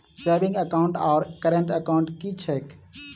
Saving account आओर current account की छैक?